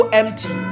empty